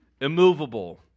immovable